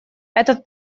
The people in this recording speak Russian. этот